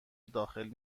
داخل